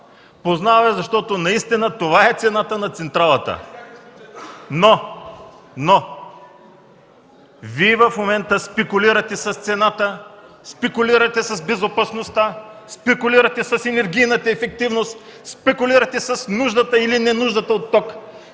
Познал е, защото наистина това е цената на централата. Вие в момента спекулирате с цената, спекулирате с безопасността, с енергийната ефективност, спекулирате с нуждата или ненуждата от ток